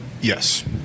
Yes